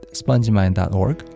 spongemind.org